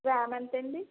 RAM ఎంతండి